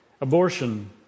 Abortion